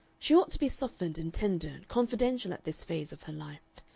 she ought to be softened and tender and confidential at this phase of her life.